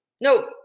no